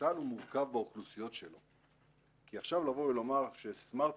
צה"ל הוא מורכב באוכלוסיות שלו כי עכשיו לבוא ולומר שסמארטפון,